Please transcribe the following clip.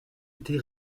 été